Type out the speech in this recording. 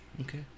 Okay